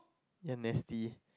ya nasty